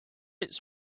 its